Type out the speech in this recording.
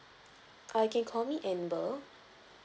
ah you can call me amber